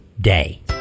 day